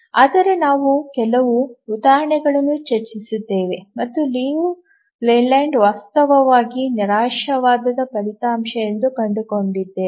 ಆದರೆ ನಾವು ಕೆಲವು ಉದಾಹರಣೆಗಳನ್ನು ಚರ್ಚಿಸಿದ್ದೇವೆ ಮತ್ತು ಲಿಯು ಲೇಲ್ಯಾಂಡ್ ವಾಸ್ತವವಾಗಿ ನಿರಾಶಾವಾದದ ಫಲಿತಾಂಶ ಎಂದು ಕಂಡುಕೊಂಡಿದ್ದೇವೆ